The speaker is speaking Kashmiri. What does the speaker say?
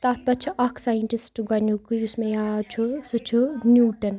تَتھ پَتہٕ چھُ اکھ ساینٹِسٹہٕ گۄڈٕنٮ۪کُے یُس مےٚ یاد چھُ سُہ چھُ نیوٗٹَن